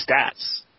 stats